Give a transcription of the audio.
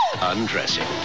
Undressing